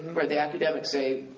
where the academics say,